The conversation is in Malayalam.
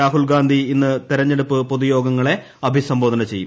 രാഹുൽഗാന്ധി ഇന്ന് തെരഞ്ഞെടുപ്പ് പൊതുയോഗങ്ങളെ അഭിസംബോധന ചെയ്യും